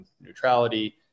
neutrality